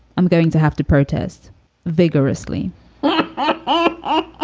i'm going to have to protest vigorously oh, ah